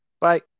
Bye